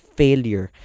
failure